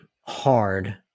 hard